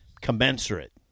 commensurate